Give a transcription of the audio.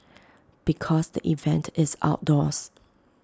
because the event is outdoors